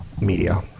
media